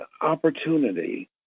opportunity